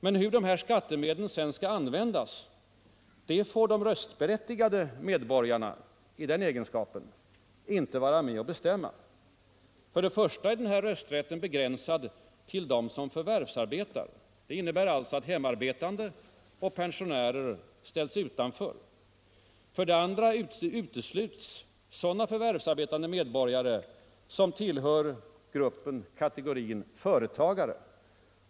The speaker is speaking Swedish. Men hur dessa skattemedel skall användas det får de röstberättigade medborgarna i den egenskapen inte vara med och bestämma. För det första är rösträtten begränsad till dem som förvärvsarbetar. Det innebär alltså att hemarbetande och pensionärer ställs utanför. För det andra utesluts sådana förvärvsarbetande medborgare som tillhör kategorin företagare.